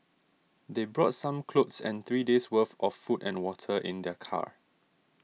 they brought some clothes and three days' worth of food and water in their car